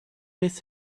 miss